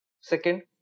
Second